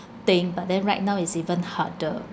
thing but then right now is even harder